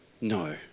no